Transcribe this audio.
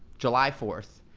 july fourth,